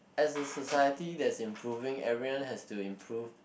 as a society that's improving everyone has to improve